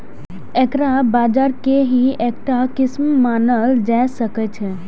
एकरा बाजार के ही एकटा किस्म मानल जा सकै छै